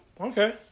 Okay